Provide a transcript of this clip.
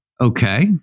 Okay